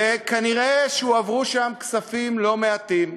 וכנראה הועברו שם כספים לא-מעטים.